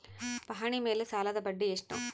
ಪಹಣಿ ಮೇಲೆ ಸಾಲದ ಬಡ್ಡಿ ಎಷ್ಟು?